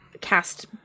cast